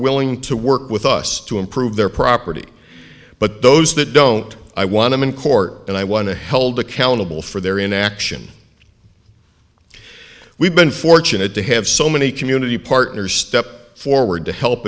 willing to work with us to improve their property but those that don't i want him in court and i want to held accountable for their inaction we've been fortunate to have so many community partners step forward to help